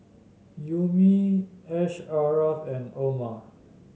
Ummi Asharaff and Omar